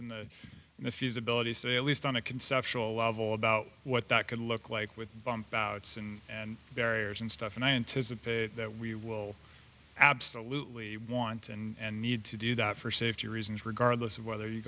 in the if usability say at least on a conceptual level about what that could look like with bump outs and barriers and stuff and i anticipate that we will absolutely want and need to do that for safety reasons regardless of whether you